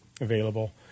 available